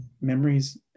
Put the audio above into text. memories